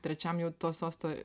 trečiam jau to sosto